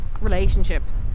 relationships